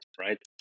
right